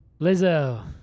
lizzo